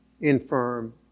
infirm